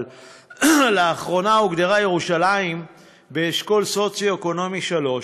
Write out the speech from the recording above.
אבל לאחרונה הוגדרה ירושלים באשכול סוציו-אקונומי 3,